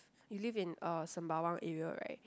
you live in uh Sembawang area right